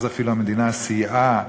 אז אפילו המדינה סייעה,